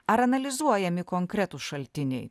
ar analizuojami konkretūs šaltiniai